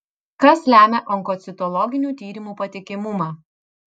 kas lemia onkocitologinių tyrimų patikimumą